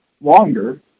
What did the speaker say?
longer